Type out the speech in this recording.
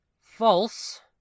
false